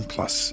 Plus